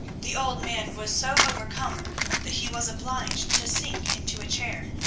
the old man was so overcome that he was obliged to sink into a chair.